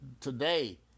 today